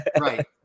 Right